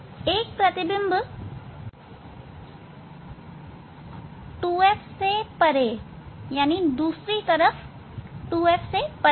एक प्रतिबिंब 2f से परेदूसरी तरफ 2f से परे था